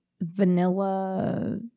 vanilla